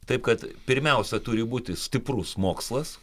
taip kad pirmiausia turi būti stiprus mokslas